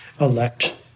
elect